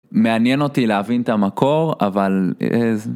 מעניין אותי להבין את המקור, אבל איזה...